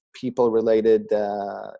people-related